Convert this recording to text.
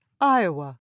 Iowa